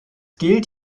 gilt